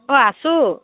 অঁ আছোঁ